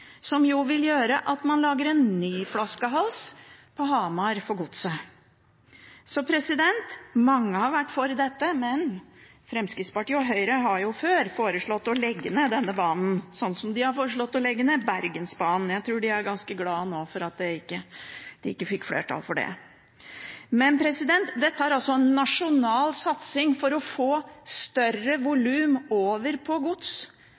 har jo før foreslått å legge ned denne banen, slik de har foreslått å legge ned Bergensbanen. Jeg tror de nå er ganske glade for at de ikke fikk flertall for det. Dette er altså en nasjonal satsing for å få større volum over på gods.